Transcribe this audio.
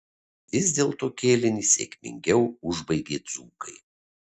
vis dėlto kėlinį sėkmingiau užbaigė dzūkai